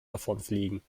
davonfliegen